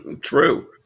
True